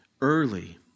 early